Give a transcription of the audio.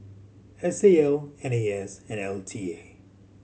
S A L N A S and L T A